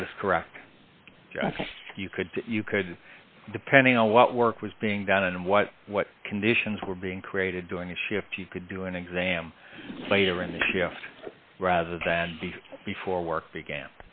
that is correct you could you could depending on what work was being done and what what conditions were being created during the shift you could do an exam later in the shift rather than before work began